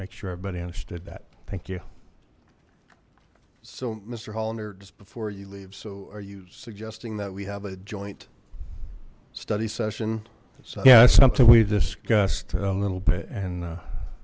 make sure everybody understood that thank you so mr hollander just before you leave so are you suggesting that we have a joint study session so you know it's something we've discussed a little bit and